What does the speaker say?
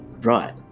Right